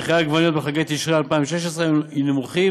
מחירי העגבניות בחגי תשרי 2016 היו נמוכים